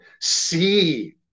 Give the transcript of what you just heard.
see